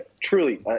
truly